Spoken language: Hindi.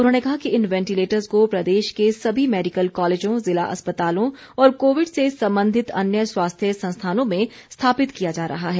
उन्होंने कहा कि इन वेंटिलेटर्ज़ को प्रदेश के सभी मैडिकल कॉलेजों ज़िला अस्पतालों और कोविड से संबंधित अन्य स्वास्थ्य संस्थानों में स्थापित किया जा रहा है